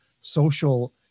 social